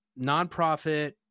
nonprofit